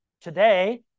today